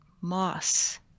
moss